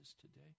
today